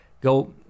go